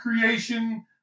creation